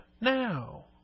now